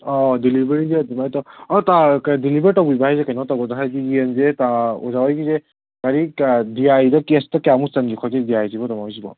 ꯑꯣ ꯗꯤꯂꯤꯕꯔꯤꯁꯦ ꯑꯗꯨꯃꯥꯏꯅ ꯇꯧ ꯑꯣ ꯇꯥ ꯗꯤꯂꯤꯕꯔ ꯇꯧꯕꯤꯕ ꯍꯥꯏꯁꯦ ꯀꯩꯅꯣ ꯇꯧꯒꯗ꯭ꯔꯣ ꯍꯥꯏꯗꯤ ꯌꯦꯟꯁꯦ ꯑꯣꯖꯥꯍꯣꯏꯒꯤꯁꯦ ꯒꯥꯔꯤ ꯗꯤ ꯌꯥꯏꯗ ꯀꯦꯖꯇ ꯀꯌꯥꯃꯨꯛ ꯆꯟꯒꯦ ꯈꯣꯠꯀꯦ ꯗꯤ ꯌꯥꯏꯁꯤꯕꯨ ꯇꯥꯃꯣ ꯍꯧꯖꯤꯛꯁꯤꯕꯣ